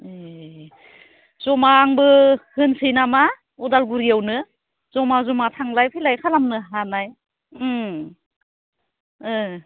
ए जमा आंबो होनोसै नामा उदालगुरियावनो जमा जमा थांलाय फैलाय खालामनो हानाय